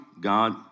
God